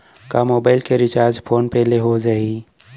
का मोबाइल के recharge phone पे ले हो जाही?